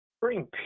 Bring